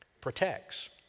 protects